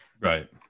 Right